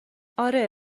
آره